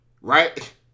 right